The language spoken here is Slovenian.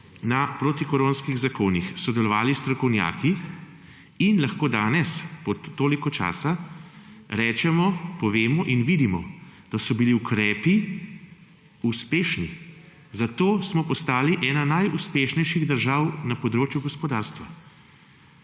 pri protikoronskih zakonih sodelovali strokovnjaki, lahko danes po tolikem času rečemo, povemo in vidimo, da so bili ukrepi uspešni. Zato smo postali ena najuspešnejših držav na področju gospodarstva.